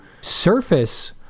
surface